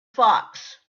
fox